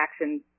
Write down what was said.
action